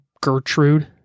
Gertrude